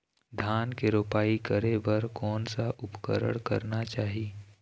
धान के रोपाई करे बर कोन सा उपकरण करना चाही?